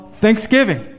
thanksgiving